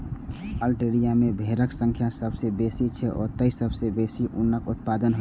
Australia मे भेड़क संख्या सबसं बेसी छै, तें ओतय सबसं बेसी ऊनक उत्पादन होइ छै